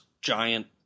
giant